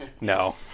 No